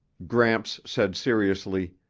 gramps said seriously,